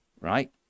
right